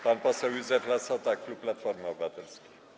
Pan poseł Józef Lassota, klub Platforma Obywatelska.